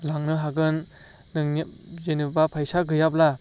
लांनो हागोन नोंनि जेनेबा फैसा गैयाब्ला